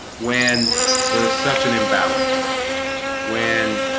when there is such an imbalance when